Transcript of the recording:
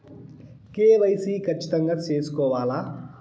KYC ఖచ్చితంగా సేసుకోవాలా